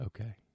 Okay